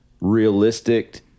realistic